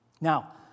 Now